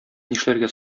нишләргә